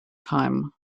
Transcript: time